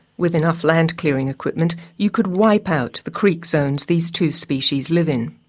with enough land-clearing equipment, you could wipe out the creek zones these two species live in.